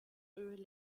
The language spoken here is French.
eux